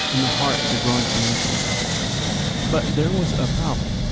in the heart of the growing financial industry but there was a problem.